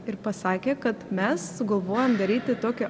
ir pasakė kad mes sugalvojom daryti tokią